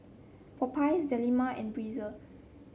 Popeyes Dilmah and Breezer